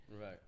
Right